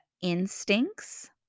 instincts